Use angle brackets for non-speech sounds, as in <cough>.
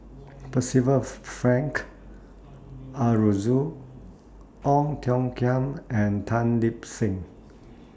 Percival <unintelligible> Frank Aroozoo Ong Tiong Khiam and Tan Lip Seng